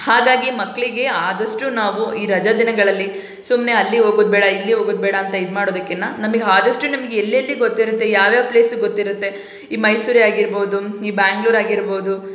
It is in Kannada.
ಹಾಗಾಗಿ ಮಕ್ಕಳಿಗೆ ಆದಷ್ಟು ನಾವು ಈ ರಜಾದಿನಗಳಲ್ಲಿ ಸುಮ್ಮನೆ ಅಲ್ಲಿ ಹೋಗೋದ್ ಬೇಡ ಇಲ್ಲಿ ಹೋಗೋದ್ ಬೇಡ ಅಂತ ಇದು ಮಾಡೋದಕ್ಕಿಂತ ನಮಿಗೆ ಆದಷ್ಟು ನಮಗೆ ಎಲ್ಲೆಲ್ಲಿ ಗೊತ್ತಿರುತ್ತೆ ಯಾವ್ಯಾವ ಪ್ಲೇಸು ಗೊತ್ತಿರುತ್ತೆ ಈ ಮೈಸೂರೇ ಆಗಿರ್ಬೋದು ಈ ಬೆಂಗ್ಳೂರ್ ಆಗಿರ್ಬೋದು